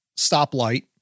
stoplight